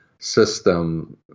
system